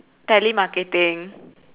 telemarketing